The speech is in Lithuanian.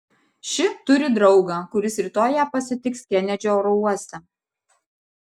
ši turi draugą kuris rytoj ją pasitiks kenedžio oro uoste